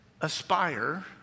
aspire